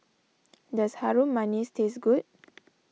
does Harum Manis taste good